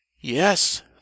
yes